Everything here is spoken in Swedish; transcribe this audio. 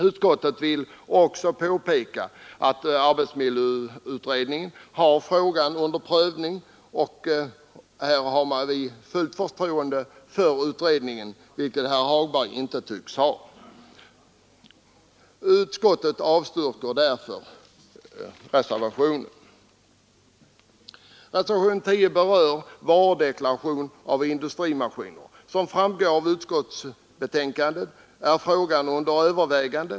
Utskottet påpekar också att arbetsmiljöutredningen har frågan under prövning. Vi har fullt förtroende för utredningen, vilket herr Hagberg i Borlänge inte tycks ha. Utskottet avstyrker därför den motion som ligger till grund för reservationen. Reservationen 10 gäller varudeklaration av industrimaskiner. Som framgår av betänkandet är frågan under övervägande.